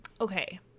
okay